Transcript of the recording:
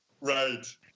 Right